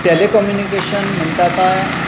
telecommunication म्हणटा तें